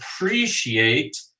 appreciate